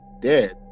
dead